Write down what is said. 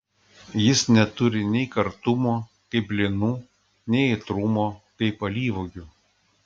jis neturi nei kartumo kaip linų nei aitrumo kaip alyvuogių